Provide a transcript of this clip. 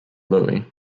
louie